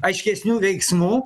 aiškesnių veiksmų